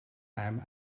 time